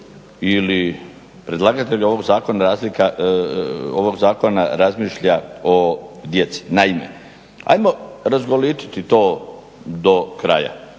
ili predlagatelj ovog zakona razmišlja o djeci. Naime, ajmo razgoličiti to do kraja.